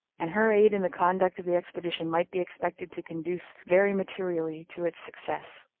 and her aid in the conduct of the expedition might be expected to conduce very materially to its success.